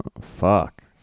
fuck